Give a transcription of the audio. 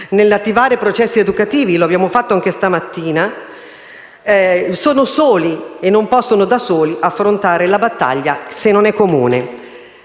nell'attivare processi educativi - lo abbiamo fatto anche stamattina - sono soli e non possono affrontare da soli la battaglia, se non è comune.